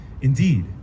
Indeed